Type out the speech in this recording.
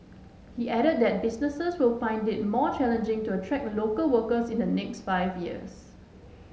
he added that businesses will find it more challenging to attract local workers in the next five years